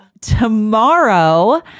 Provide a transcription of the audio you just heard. tomorrow